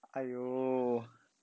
!aiyo!